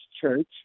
church